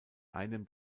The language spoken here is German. einem